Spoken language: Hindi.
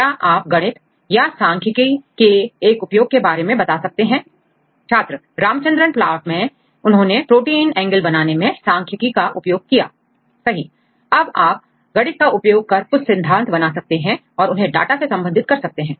क्या आप गणित या सांख्यिकी के एक उपयोग के बारे में बता सकते हैं छात्र रामाचंद्रन प्लॉट मैं उन्होंने प्रोटीन एंगल बनाने में सांख्यिकी का उपयोग किया सहीअब आप गणित का उपयोग कर कुछ सिद्धांत बना सकते हैं और उन्हें डाटा से संबंधित कर सकते हैं